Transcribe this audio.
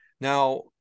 Now